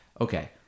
okay